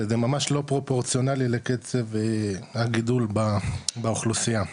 שזה ממש לא פרופורציונלי לקצב הגידול באוכלוסייה.